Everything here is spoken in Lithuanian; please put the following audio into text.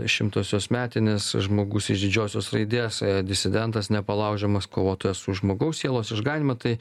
šimtosios metinės žmogus iš didžiosios raidės disidentas nepalaužiamas kovotojas už žmogaus sielos išganymą tai